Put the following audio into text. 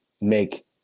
make